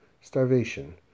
Starvation